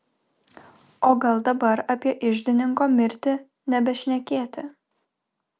o gal dabar apie iždininko mirtį nebešnekėti